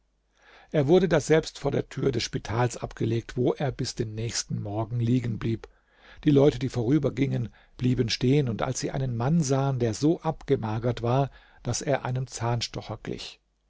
er wurde daselbst vor der tür des spitals abgelegt wo er bis den nächsten morgen liegen blieb die leute die vorübergingen blieben stehen als sie einen mann sahen der so abgemagert war daß er einem zahnstocher glich